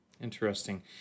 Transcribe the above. interesting